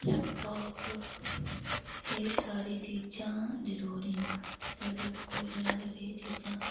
laptop एह् सारी चीजां जरूरी न ते स्कूलै अगर एह् चीजां